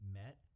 met